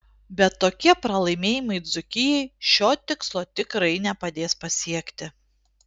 bet tokie pralaimėjimai dzūkijai šio tikslo tikrai nepadės pasiekti